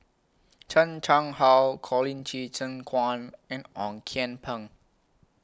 Chan Chang How Colin Qi Zhe Quan and Ong Kian Peng